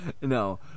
no